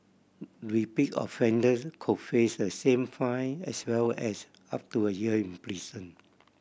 repeat offenders could face the same fine as well as up to a year in prison